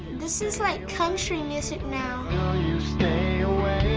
this is like country music now. will you stay